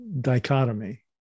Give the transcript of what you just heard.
dichotomy